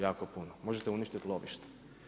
Jako puno, možete uništit lovište.